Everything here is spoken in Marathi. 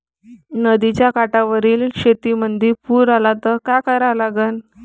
नदीच्या काठावरील शेतीमंदी पूर आला त का करा लागन?